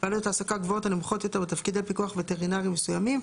בעלויות העסקה גבוהות או נמוכות יותר בתפקידי פיקוח וטרינרי מסוימים".